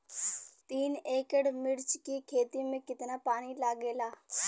तीन एकड़ मिर्च की खेती में कितना पानी लागेला?